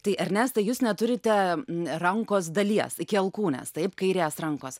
tai ernestai jūs neturite rankos dalies iki alkūnės taip kairės rankos